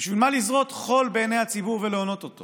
בשביל מה לזרות חול בעיני הציבור ולהונות אותו?